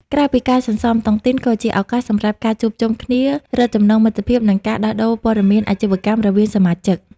ក្រៅពីការសន្សំ តុងទីនក៏ជាឱកាសសម្រាប់ការជួបជុំគ្នា រឹតចំណងមិត្តភាព និងការដោះដូរព័ត៌មានអាជីវកម្មរវាងសមាជិក។